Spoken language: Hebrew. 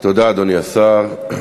תודה, אדוני השר.